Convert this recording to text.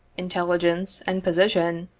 intelligence and position,